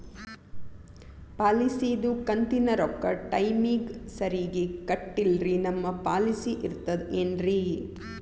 ಪಾಲಿಸಿದು ಕಂತಿನ ರೊಕ್ಕ ಟೈಮಿಗ್ ಸರಿಗೆ ಕಟ್ಟಿಲ್ರಿ ನಮ್ ಪಾಲಿಸಿ ಇರ್ತದ ಏನ್ರಿ?